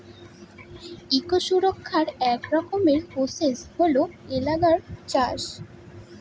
eco সুরক্ষার এক রকমের প্রসেস হল এনালগ চাষ